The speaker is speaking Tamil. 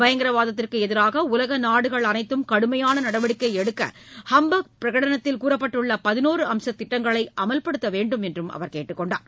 பயங்கரவாதத்திற்கு எதிராக உலக நாடுகள் அனைத்தும் கடுமையாக நடவடிக்கை எடுக்க ஹம்பர்க் பிரகடனத்தில் கூறப்பட்டுள்ள பதினோரு அம்ச திட்டங்களை அமல்படுத்த வேண்டுமென்றும் அவர் கேட்டுக் கொண்டார்